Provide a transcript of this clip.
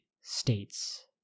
states